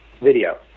video